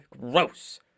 gross